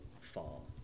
fall